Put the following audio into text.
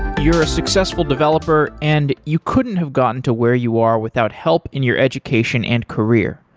you're a successful developer and you couldn't have gotten to where you are without help in your education and career.